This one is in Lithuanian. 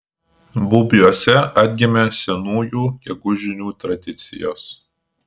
bubiuose atgimė senųjų gegužinių tradicijos